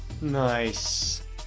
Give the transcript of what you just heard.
Nice